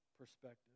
perspective